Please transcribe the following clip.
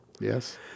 Yes